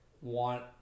want